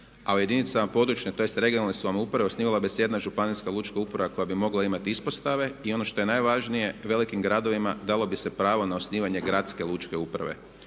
u jedinicama područne tj. regionalne samouprave osnivala bi se jedna županijska lučka uprava koja bi mogla imati ispostave. I ono što je najvažnije velikim gradovima dalo bi se pravo na osnivanje gradske lučke uprave.